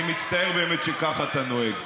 אני מצטער באמת שכך אתה נוהג.